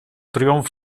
triomf